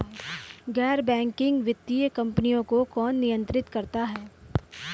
गैर बैंकिंग वित्तीय कंपनियों को कौन नियंत्रित करता है?